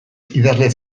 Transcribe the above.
idazle